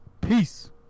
peace